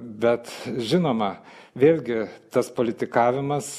bet žinoma vėlgi tas politikavimas